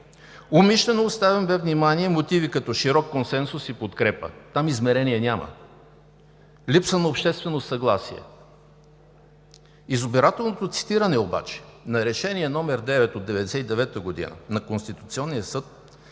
Умишлено оставям без внимание мотиви, като широк консенсус и подкрепа – там измерение няма; липса на обществено съгласие – избирателното цитиране обаче на Решение № 9 от 1999 г. на Конституционния съд